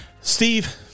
Steve